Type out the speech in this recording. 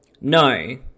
No